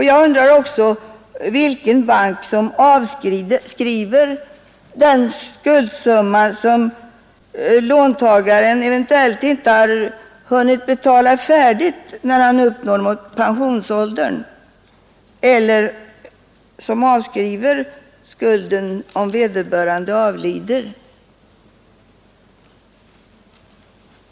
Jag undrar också vilken bank som avskriver den skuldsumma som låntagaren eventuellt inte har hunnit betala igen när han uppnår pensionsåldern eller som avskriver skulden om vederbörande avlider.